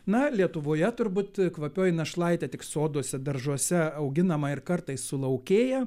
na lietuvoje turbūt kvapioji našlaitė tik soduose daržuose auginama ir kartais sulaukėja